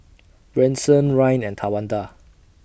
Branson Ryne and Tawanda